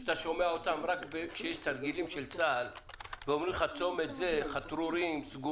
כלומר כמה משקי בית, כמה הם צפופים או לא צפופים.